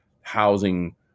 housing